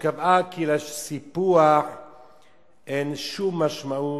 שקבעה כי לסיפוח אין שום משמעות.